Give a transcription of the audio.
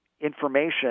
information